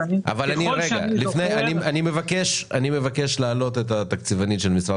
אני מבקש להעלות את התקציבנית של המשרד